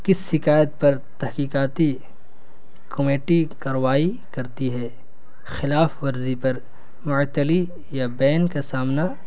کس شکایت پر تحقیقاتی کومیٹی کروائی کرتی ہے خلاف ورزی پر معطلی یا بین کا سامنا